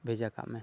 ᱵᱷᱮᱡᱟ ᱠᱟᱜ ᱢᱮ